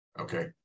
okay